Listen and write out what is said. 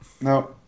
No